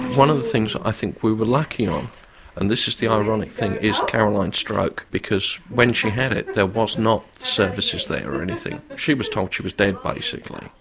one of the things i think we're lucky on and this is the ironic thing is that caroline's stroke, because when she had it there was not the services there or anything. she was told she was dead, basically,